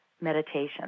meditation